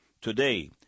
Today